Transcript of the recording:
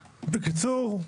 בקיצור,